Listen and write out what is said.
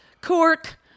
cork